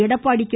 Edappadi K